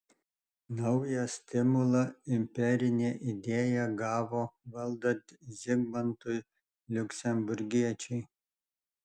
naują stimulą imperinė idėja gavo valdant zigmantui liuksemburgiečiui